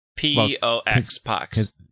P-O-X-Pox